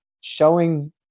showing